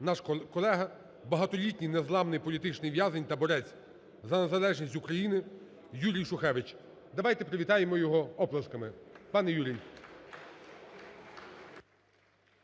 наш колега, багатолітній, незламний політичний в'язень та борець за незалежність України Юрій Шухевич. Давайте привітаємо його оплесками. Пане Юрію!